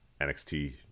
NXT